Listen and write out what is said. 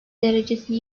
derecesi